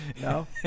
no